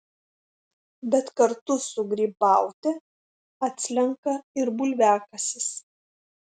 bet kartu su grybaute atslenka ir bulviakasis